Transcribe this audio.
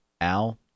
Al